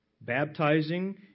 baptizing